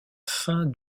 fin